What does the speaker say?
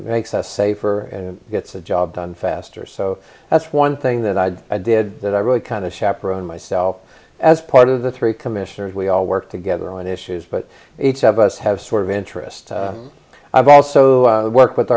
makes us safer and gets the job done faster so that's one thing that i did that i really kind of chaperon myself as part of the three commissioners we all work together on issues but each of us have sort of interest i've also worked with